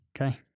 Okay